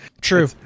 True